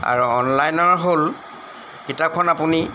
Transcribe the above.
আৰু অনলাইনৰ হ'ল কিতাপখন আপুনি